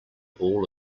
all